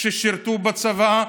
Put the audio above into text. ששירתו בצבא,